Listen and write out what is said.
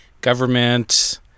government